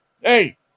Hey